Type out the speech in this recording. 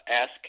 ask